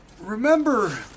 remember